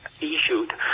issued